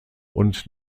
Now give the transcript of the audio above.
und